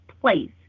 place